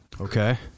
Okay